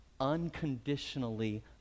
unconditionally